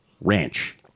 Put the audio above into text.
Ranch